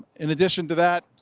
in addition to that,